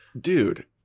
Dude